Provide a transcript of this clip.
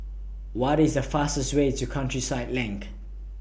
What IS The fastest Way to Countryside LINK